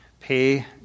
Pay